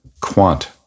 Quant